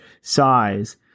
size